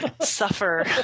suffer